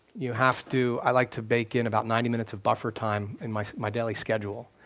you have to, i like to bake in about ninety minutes of buffer time in my my daily schedule,